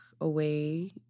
away